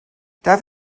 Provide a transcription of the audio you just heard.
darf